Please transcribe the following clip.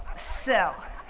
so,